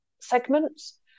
segments